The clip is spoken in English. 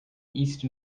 east